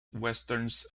westerns